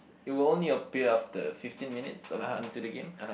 it will only appear after fifteen minutes of into the game